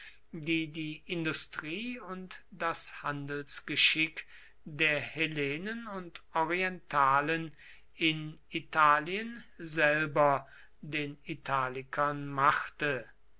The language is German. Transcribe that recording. die industrie und das handelsgeschick der hellenen und orientalen in italien selber den italikern machte